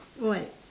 what